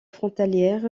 frontalière